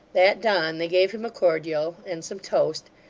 that done, they gave him cordial and some toast,